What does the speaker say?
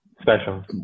Special